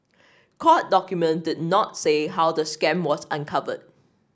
court documents did not say how the scam was uncovered